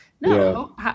No